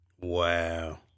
Wow